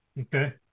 Okay